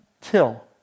till